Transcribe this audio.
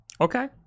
Okay